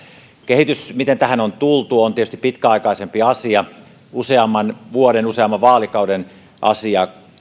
kehitys miten tähän on tultu on tietysti pitkäaikaisempi asia useamman vuoden useamman vaalikauden asia